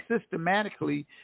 systematically